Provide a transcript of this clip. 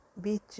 beach